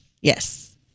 Yes